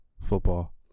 football